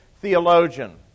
theologian